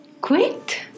Quit